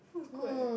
looks good